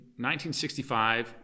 1965